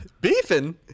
beefing